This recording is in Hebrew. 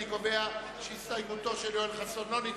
אני קובע שהסתייגותו של חבר הכנסת יואל חסון לא נתקבלה.